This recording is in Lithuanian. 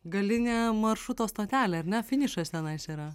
galinė maršruto stotelė ar ne finišas tenais yra